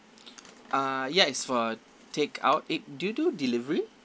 uh ya it's for take out eh do you do delivery